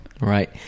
Right